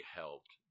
helped